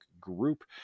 group